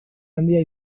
handia